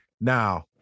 Now